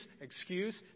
excuse